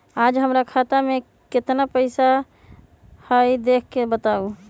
आज हमरा खाता में केतना पैसा हई देख के बताउ?